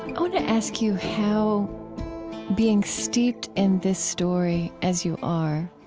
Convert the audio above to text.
i want to ask you how being steeped in this story as you are